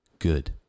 good